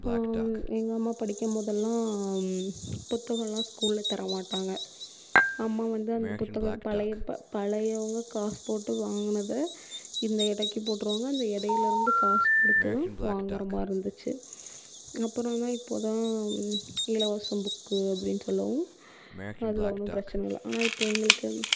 எங்கள் அம்மா படிக்கும் போதெல்லாம் புத்தகம்லாம் ஸ்கூலில் தரமாட்டாங்க அம்மா வந்து அந்த புத்தக பழைய பழையவங்க காசு போட்டு வாங்குனதை இந்த எடைக்கு போட்டுருவாங்க இந்த எடையில் இருந்து காசு கொடுத்து வாங்குகிறமாதிரி இருந்துச்சு அப்றமா இப்போ தான் இலவசம் புக்கு அப்படின்னு சொல்லவும் அதில் ஒன்றும் பிரச்சனை இல்லை ஆனால் இப்போ எங்களுக்கு